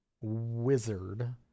wizard